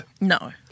No